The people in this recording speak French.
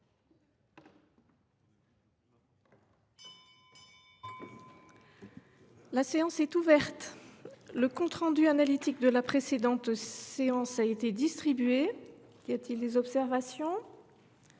La séance est ouverte. Le compte rendu analytique de la précédente séance a été distribué. Il n’y a pas d’observation ?…